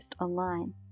online